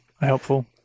helpful